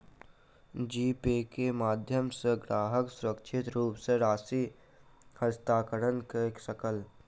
जी pay के माध्यम सॅ ग्राहक सुरक्षित रूप सॅ राशि हस्तांतरण कय सकल